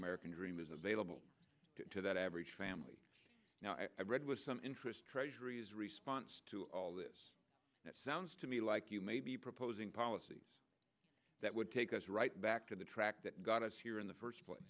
american dream is available to that average family i read was some interest treasuries response to all this it sounds to me like you may be proposing policies that would take us right back to the track that got us here in the first place